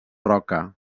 roca